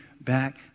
back